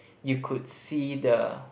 you could see the